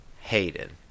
Hayden